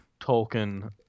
Tolkien